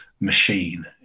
machine